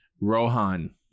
Rohan